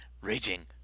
raging